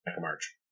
March